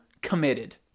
Committed